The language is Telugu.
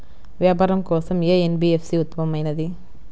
వ్యాపారం కోసం ఏ ఎన్.బీ.ఎఫ్.సి ఉత్తమమైనది?